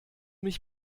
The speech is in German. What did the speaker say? mich